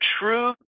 true